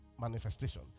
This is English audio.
manifestation